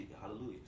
Hallelujah